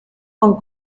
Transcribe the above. con